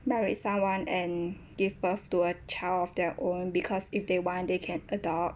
marry someone and give birth to a child of their own because if they want they can adopt